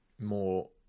more